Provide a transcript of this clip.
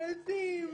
אבל יש להם תתי סעיפים,